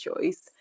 choice